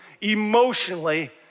emotionally